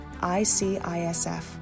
ICISF